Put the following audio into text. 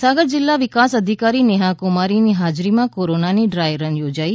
મહીસાગર જિલ્લા વિકાસ અધિકારી નેહાકુમારીની હાજરીમાં કોરોનાની ડ્રાય રન યોજાઇ